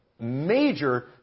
major